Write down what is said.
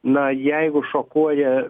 na jeigu šokuoja